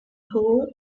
pool